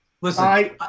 Listen